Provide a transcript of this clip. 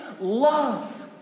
love